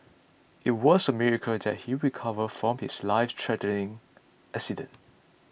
it was a miracle that he recovered from his lifethreatening accident